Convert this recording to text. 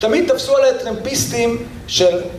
תמיד תפסו עליהם טרמפיסטים של...